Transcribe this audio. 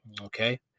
Okay